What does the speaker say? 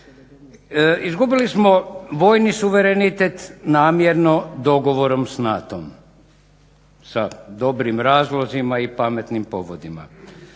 Izgubili smo vojni suverenitet namjerno dogovorom s NATO-om sa dobrim razlozima i pametnim povodima.